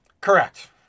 Correct